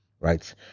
right